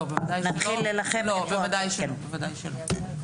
לא, בוודאי שלא.